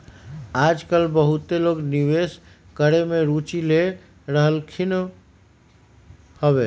याजकाल बहुते लोग निवेश करेमे में रुचि ले रहलखिन्ह हबे